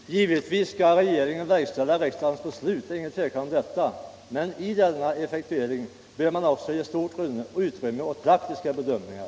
Herr talman! Givetvis skall regeringen verkställa riksdagens beslut, men i denna effektuering bör man också ge stort utrymme åt praktiska bedömningar.